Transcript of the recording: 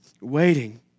Waiting